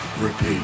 Repeat